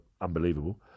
unbelievable